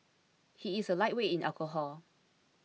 he is a lightweight in alcohol